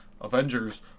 Avengers